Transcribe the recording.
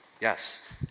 yes